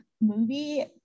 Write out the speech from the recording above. movie